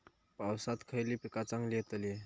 पावसात खयली पीका चांगली येतली?